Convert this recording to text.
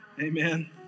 Amen